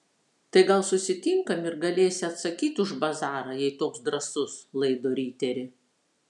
tai gal susitinkam ir galėsi atsakyt už bazarą jei toks drąsus laido riteri